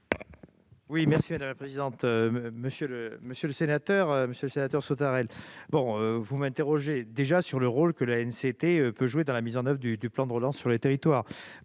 le secrétaire d'État. Monsieur le sénateur Sautarel, vous m'interrogez sur le rôle que l'ANCT peut jouer dans la mise en oeuvre du plan de relance sur les territoires.